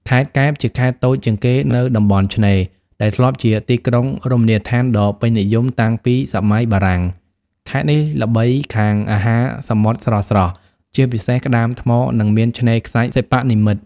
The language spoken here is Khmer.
ខេត្តកែប ជាខេត្តតូចជាងគេនៅតំបន់ឆ្នេរ ដែលធ្លាប់ជាទីក្រុងរមណីយដ្ឋានដ៏ពេញនិយមតាំងពីសម័យបារាំង។ ខេត្តនេះល្បីខាង អាហារសមុទ្រស្រស់ៗ ជាពិសេសក្តាមថ្ម និងមានឆ្នេរខ្សាច់សិប្បនិមិត្ត។